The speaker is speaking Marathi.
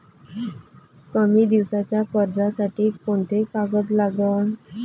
कमी दिसाच्या कर्जासाठी कोंते कागद लागन?